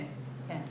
כן.